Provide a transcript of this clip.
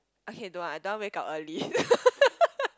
okay don't want I don't want wake up early